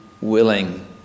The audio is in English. willing